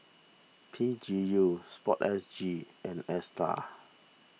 P G U Sport S G and Astar